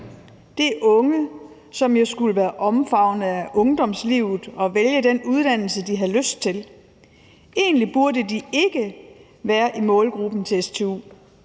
er unge, som jo skulle være omfavnet af ungdomslivet og vælge den uddannelse, de havde lyst til. Egentlig burde de ikke være i målgruppen til stu,